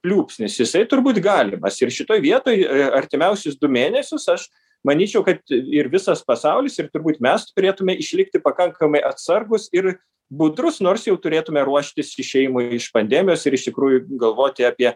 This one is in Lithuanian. pliūpsnis jisai turbūt galimas ir šitoj vietoj artimiausius du mėnesius aš manyčiau kad ir visas pasaulis ir turbūt mes turėtume išlikti pakankamai atsargūs ir budrūs nors jau turėtume ruoštis išėjimui iš pandemijos ir iš tikrųjų galvoti apie